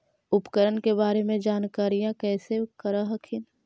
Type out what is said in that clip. उपकरण के बारे जानकारीया कैसे कर हखिन?